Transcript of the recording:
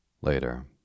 Later